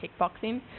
kickboxing